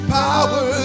power